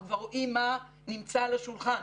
אנחנו כבר רואים מה נמצא על השולחן.